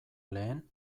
lehen